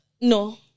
No